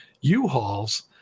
U-Hauls